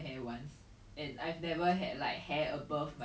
it was in a private estate right your primary school